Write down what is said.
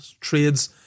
trades